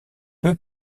peu